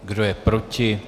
Kdo je proti?